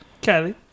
Kelly